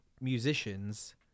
musicians